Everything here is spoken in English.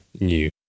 new